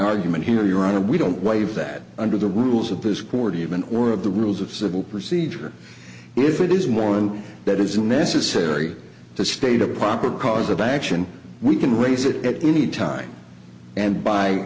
argument here your honor we don't waver that under the rules of this court even or of the rules of civil procedure if it is one that is necessary to state a proper cause of action we can raise it at any time and by